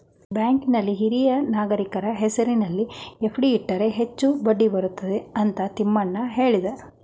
ಬ್ಯಾಂಕಲ್ಲಿ ಹಿರಿಯ ನಾಗರಿಕರ ಹೆಸರಿನಲ್ಲಿ ಎಫ್.ಡಿ ಇಟ್ಟರೆ ಹೆಚ್ಚು ಬಡ್ಡಿ ಬರುತ್ತದೆ ಅಂತ ತಿಮ್ಮಣ್ಣ ಹೇಳಿದ